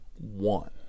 one